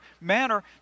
manner